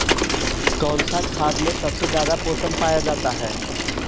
कौन सा खाद मे सबसे ज्यादा पोषण पाया जाता है?